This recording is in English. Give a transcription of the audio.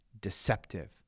deceptive